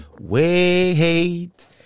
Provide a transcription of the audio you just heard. wait